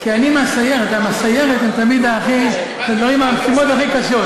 כי אני מהסיירת, ולסיירת המשימות הכי קשות.